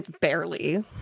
Barely